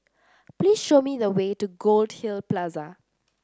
please show me the way to Goldhill Plaza